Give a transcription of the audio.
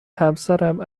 همسرم